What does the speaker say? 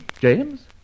James